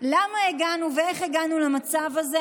למה הגענו ואיך הגענו למצב הזה?